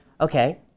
Okay